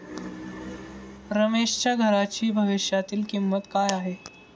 रमेशच्या घराची भविष्यातील किंमत काय आहे?